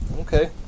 Okay